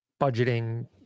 budgeting